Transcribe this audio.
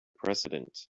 president